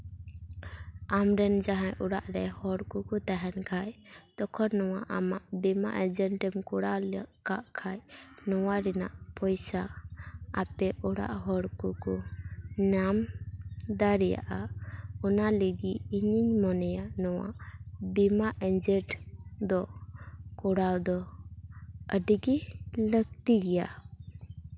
ᱟᱢ ᱨᱮᱱ ᱡᱟᱦᱟᱸᱭ ᱚᱲᱟᱜ ᱨᱮ ᱦᱚᱲ ᱠᱚᱠᱚ ᱛᱟᱦᱮᱱ ᱠᱷᱟᱡ ᱛᱚᱠᱷᱚᱱ ᱱᱚᱣᱟ ᱟᱢᱟᱜ ᱵᱤᱢᱟ ᱮᱹᱡᱮᱱᱴᱮᱢ ᱠᱚᱨᱟᱣ ᱠᱟᱜ ᱠᱷᱟᱡ ᱱᱚᱣᱟ ᱨᱮᱱᱟᱜ ᱯᱚᱭᱥᱟ ᱟᱛᱮ ᱚᱲᱟᱜ ᱦᱚᱲ ᱠᱚᱠᱚ ᱧᱟᱢ ᱫᱟᱲᱮᱭᱟᱜᱼᱟ ᱚᱱᱟ ᱞᱟᱹᱜᱤᱫ ᱤᱧᱤᱧ ᱢᱚᱱᱮᱭᱟ ᱱᱚᱣᱟ ᱵᱤᱢᱟ ᱮᱹᱡᱮᱱᱴ ᱫᱚ ᱠᱚᱨᱟᱣ ᱫᱚ ᱟᱹᱰᱤ ᱜᱮ ᱞᱟᱹᱠᱛᱤ ᱜᱮᱭᱟ